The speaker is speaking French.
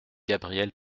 gabriel